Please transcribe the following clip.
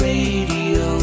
Radio